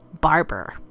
Barber